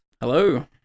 Hello